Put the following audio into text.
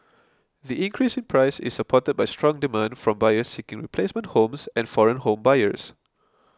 the increase in price is supported by strong demand from buyers seeking replacement homes and foreign home buyers